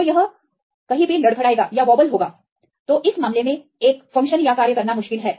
तो यह कहीं भी लड़खड़ाएगा तो इस मामले में एक कार्य करना मुश्किल है